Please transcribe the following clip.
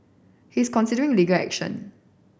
he is considering legal action